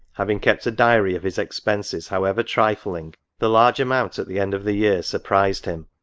having kept a diary of his expenses however trifling, the large amount, at the end of the year, surprised him